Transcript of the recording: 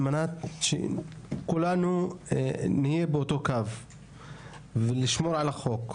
על מנת שכולנו נהיה באותו קו ונשמור על החוק.